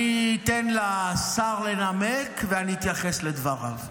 אני אתן לשר לנמק, ואני אתייחס לדבריו.